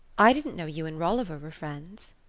i didn't know you and rolliver were friends,